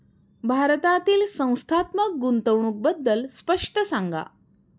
भारतातील संस्थात्मक गुंतवणूक बद्दल स्पष्ट सांगा